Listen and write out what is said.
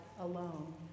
alone